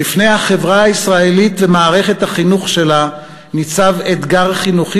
בפני החברה הישראלית ומערכת החינוך שלה ניצב אתגר חינוכי